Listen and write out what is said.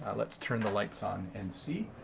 let's turn the lights on and see.